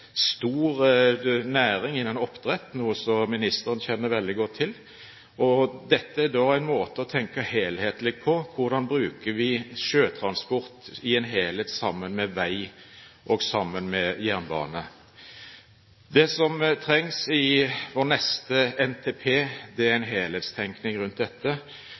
stor næring innen oppdrett, noe som ministeren kjenner veldig godt til. Dette er en måte å tenke helhetlig på: Hvordan bruker vi sjøtransport i en helhet sammen med vei og jernbane? Det som trengs i vår neste NTP, er en helhetstenkning rundt dette.